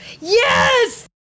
Yes